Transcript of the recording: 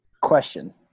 Question